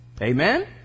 Amen